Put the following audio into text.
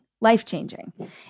life-changing